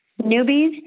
newbies